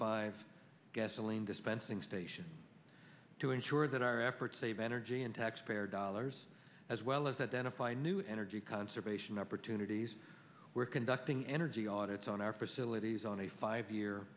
five gasoline dispensing station to ensure that our efforts save energy and taxpayer dollars as well as that then a fine new energy conservation opportunities we're conducting energy audit on our facilities on a five year